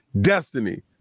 Destiny